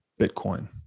Bitcoin